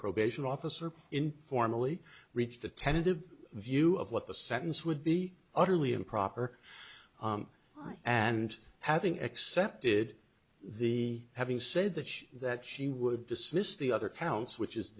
probation officer informally reached a tentative view of what the sentence would be utterly improper and having accepted the having said that she that she would dismiss the other counts which